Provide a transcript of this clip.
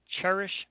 Cherish